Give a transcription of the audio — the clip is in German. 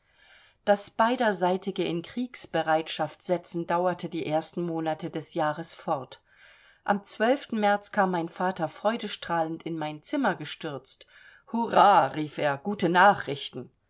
das beiderseitige in kriegsbereitschaft setzen dauerte die ersten monate des jahres fort am märz kam mein vater freudestrahlend in mein zimmer gestürzt hurrah rief er gute nachrichten